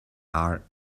are